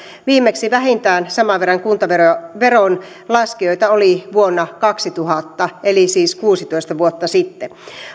viimeksi vähintään saman verran kuntaveron laskijoita oli vuonna kaksituhatta eli siis kuusitoista vuotta sitten